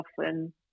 often